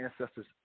ancestors